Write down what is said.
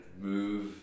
move